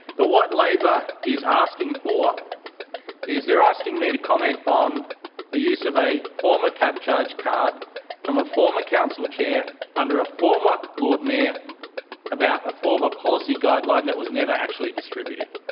but what labor is asking for is they're asking me to comment on the use of a former cabcharge card from a former council chair under a former lord mayor about a former policy guideline that was never actually distributed,